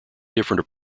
different